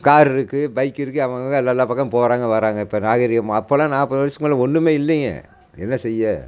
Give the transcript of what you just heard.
கார்ருக்குது bike இருக்குது அவங்கவங்க எல்லா எல்லா பக்கம் போகிறாங்க வராங்க இப்போ நாகரிகம் அப்போ எல்லாம் நாற்பது வருஷத்துக்கு மேலே ஒன்றுமே இல்லையே என்ன செய்ய